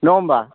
नङा होमबा